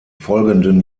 folgenden